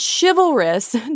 chivalrous